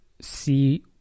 see